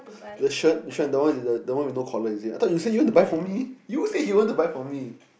the shirt which one the one the one with no collar is it I thought you say you want to buy for me you said you want to buy for me